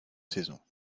saison